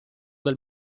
del